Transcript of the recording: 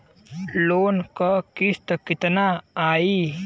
Loan क किस्त कितना आई?